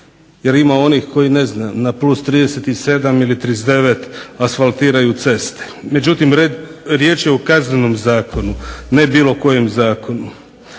jer ima onih koji ne znam na +37 ili +39 asfaltiraju ceste. Međutim, riječ je o Kaznenom zakonu, ne bilo kojem zakonu.